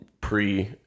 pre